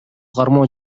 кармоо